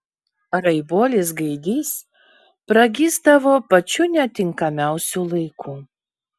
raibuolis gaidys pragysdavo pačiu netinkamiausiu laiku